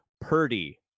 Purdy